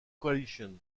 coalition